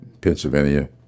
Pennsylvania